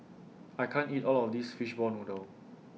I can't eat All of This Fishball Noodle